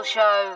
Show